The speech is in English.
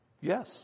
Yes